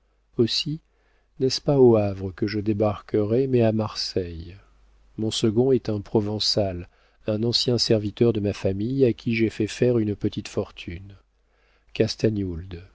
aussi n'est-ce pas au havre que je débarquerai mais à marseille mon second est un provençal un ancien serviteur de ma famille à qui j'ai fait faire une petite fortune